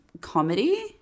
comedy